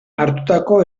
hartutako